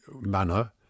manner